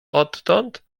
odtąd